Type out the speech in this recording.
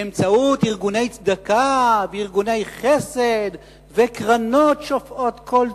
באמצעות ארגוני צדקה וארגוני חסד וקרנות שופעות כל טוב,